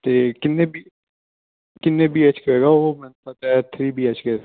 ਅਤੇ ਕਿੰਨੇ ਬੀ ਕਿੰਨੇ ਬੀ ਐੱਚ ਕੇ ਹੈਗਾ ਉਹ ਮੈਨੂੰ ਪਤਾ ਥਰੀ ਐੱਚ ਕੇ ਰਹਿੰਦੇ ਹੈ